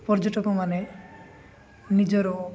ପର୍ଯ୍ୟଟକମାନେ ନିଜର